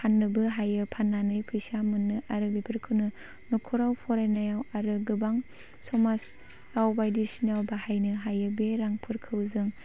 फाननोबो हायो फाननानै फैसा मोनो आरो बेफोरखौनो न'खराव फरायनायाव आरो गोबां समाजाव बायदिसिनायाव बाहायनो हायो बे रांफोरखौ जों